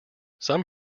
some